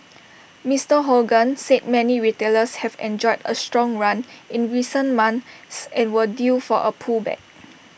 Mister Hogan said many retailers have enjoyed A strong run in recent months and were due for A pullback